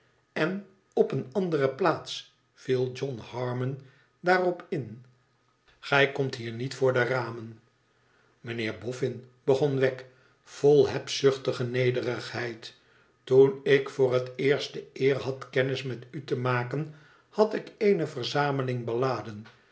n op eene andere plaats viel john harmon daarop in gij komt hier niet voor de ramen t mijnheer bofün begon weg vol hebzuchtige nederigheid toen ik voor het eerst de eer had kennis met u te maken had ik eene verzameling balladen